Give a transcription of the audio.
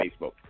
facebook